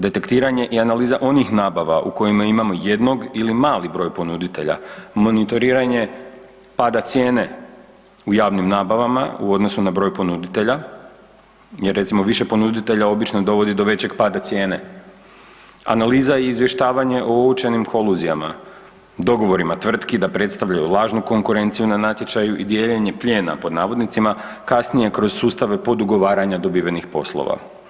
Detektiranje i analiza onih nabava u kojima imamo jednog ili mali broj ponuditelja, monitoriranje pada cijene u javnim nabavama u odnosu na broj ponuditelja, jer recimo, više ponuditelja obično dovodi do većeg pada cijene, analiza i izvještavanje o učenim koluzijama, dogovorima tvrtki da predstavljaju lažnu konkurenciju na natječaju i dijeljenje plijena, pod navodnicima, kasnije kroz sustave podugovaranja dobivenih poslova.